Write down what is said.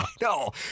No